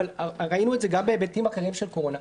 ראינו את זה גם בהיבטים אחרים של קורונה.